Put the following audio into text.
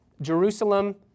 Jerusalem